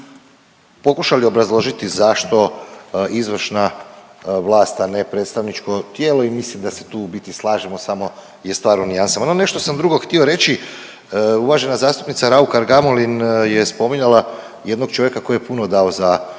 pokušali obrazložiti zašto izvršna vlast, a ne predstavničko tijelo i mislim da se tu u biti slažemo samo je stvar u nijansama, no nešto sam drugo htio reći. Uvažena zastupnica Raukar Gamulin je spominjala jednog čovjeka koji je puno dao za